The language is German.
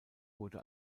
wurde